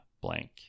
blank